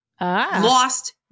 Lost